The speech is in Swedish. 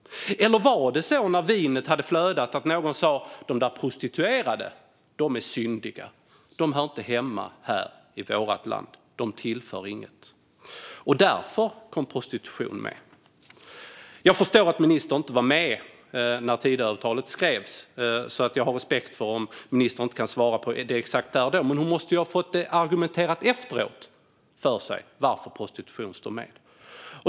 Eller var det så när vinet hade flödat att någon sa att de där prostituerade är syndiga, de hör inte hemma här i vårt land, de tillför inget - och därför kom prostitution med? Jag förstår att ministern inte var med när Tidöavtalet skrevs, så jag har respekt för om ministern inte kan svara på hur det var exakt där och då. Men hon måste ju ha fått argumenterat för sig efteråt varför prostitution står med.